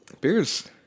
Beer's